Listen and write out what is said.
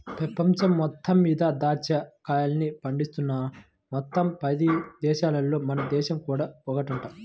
పెపంచం మొత్తం మీద దాచ్చా కాయల్ని పండిస్తున్న మొత్తం పది దేశాలల్లో మన దేశం కూడా ఒకటంట